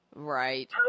Right